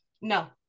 No